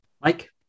mike